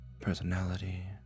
personality